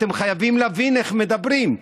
אתם חייבים להבין איך מדברים.